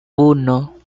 uno